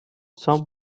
some